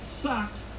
sucks